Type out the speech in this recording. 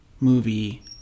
movie